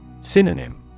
Synonym